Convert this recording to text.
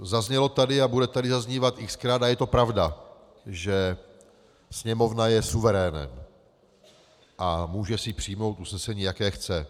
Zaznělo tady a bude tady zaznívat xkrát, a je to pravda, že Sněmovna je suverénem a může si přijmout usnesení, jaké chce.